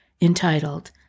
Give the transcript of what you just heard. entitled